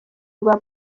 rwa